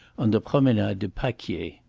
on the promenade du paquier.